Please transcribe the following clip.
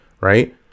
Right